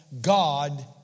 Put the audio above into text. God